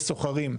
יש סוחרים,